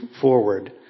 forward